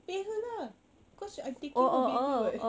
pay her lah cause I'm taking her baby [what]